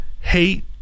hate